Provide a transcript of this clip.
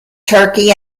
turkey